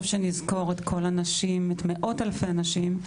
שנזכור את כל הנשים את מאות אלפי הנשים,